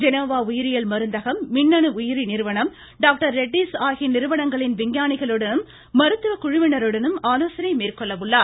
Genoa உயிரியியல் மருந்தகம் மின்னணு உயிரி நிறுவனம் டாக்டர் ரெட்டிஸ் ஆகிய நிறுவனங்களின் விஞ்ஞானிகளுடனும் மருத்துவ குழுவினருடனும் ஆலோசனை மேற்கொள்ள உள்ளார்